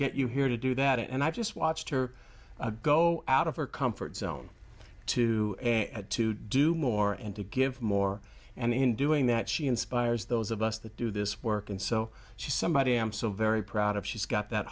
get you here to do that and i just watched her go out of her comfort zone to to do more and to give more and in doing that she inspires those of us that do this work and so she's somebody i'm so very proud of she's got that